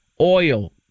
oil